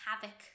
havoc